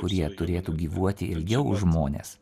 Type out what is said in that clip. kurie turėtų gyvuoti ilgiau už žmones